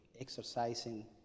exercising